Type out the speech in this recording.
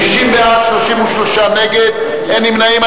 60 בעד, 33 נגד, אין נמנעים.